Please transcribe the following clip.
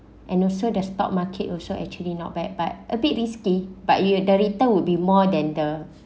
and also the stock market also actually not bad but a bit risky but your the return would be more than the